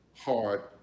hard